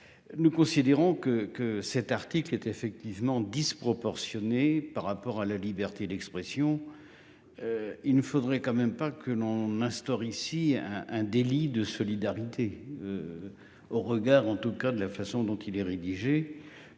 Nous considérons que, que cet article était effectivement disproportionnée par rapport à la liberté d'expression. Il ne faudrait quand même pas que l'on instaure ici un un délit de solidarité. Au regard en tout cas de la façon dont il est rédigé